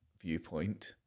viewpoint